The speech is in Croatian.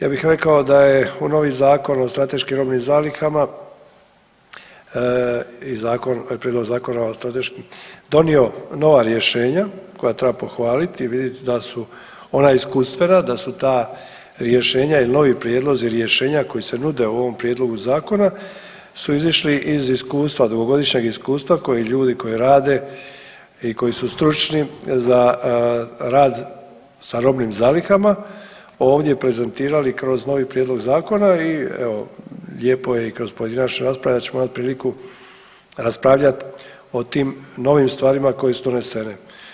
Ja bih rekao da je u novi Zakon o strateškim robnim zalihama i prijedlog zakona o strateškim donio nova rješenja koja treba pohvaliti i vidjeti da li su ona iskustvena, da su ta rješenja ili novi prijedlozi rješenja koji se nude u ovom prijedlogu zakona su izišli iz iskustva, dugogodišnjeg iskustva koji ljudi koji rade i koji su stručni za rad sa robnim zalihama ovdje prezentirali kroz novi prijedlog zakona i evo lijepo je i kroz pojedinačne rasprave da ćemo imati priliku raspravljat o tim novim stvarima koje su donesene.